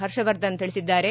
ಹರ್ಷವರ್ಧನ್ ತಿಳಿಸಿದ್ದಾರೆ